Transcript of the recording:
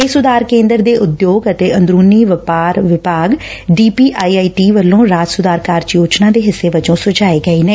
ਇਹ ਸੁਧਾਰ ਕੇਦਰ ਦੇ ਉਦਯੋਗ ਅਤੇ ਅੰਦਰੂਨੀ ਵਪਾਰ ਵਿਭਾਗ ਡੀਪੀਆਈਆਈਟੀ ਵੱਲੋ ਰਾਜ ਸੁਧਾਰ ਕਾਰਜ ਯੋਜਨਾ ਐਸਆਰਏਪੀ ਦੇ ਹਿੱਸੇ ਵਜੋ ਸੁਝਾਏ ਗਏ ਨੇ